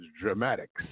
dramatics